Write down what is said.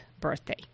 birthday